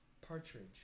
Partridge